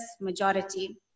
majority